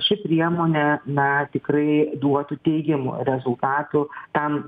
ši priemonė na tikrai duotų teigiamų rezultatų tam